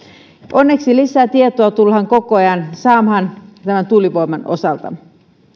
onneksi lisätietoa tullaan koko ajan saamaan tuulivoiman osalta